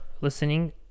listening